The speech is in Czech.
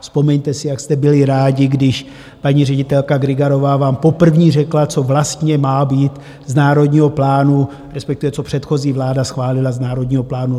Vzpomeňte si, jak jste byli rádi, když paní ředitelka Grygarová vám poprvé řekla, co vlastně má být z národního plánu, respektive co předchozí vláda schválila z národního plánu.